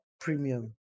premium